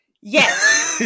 Yes